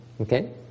okay